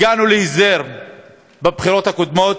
הגענו להסדר בבחירות הקודמות: